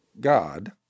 God